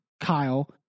Kyle